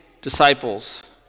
disciples